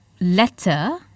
letter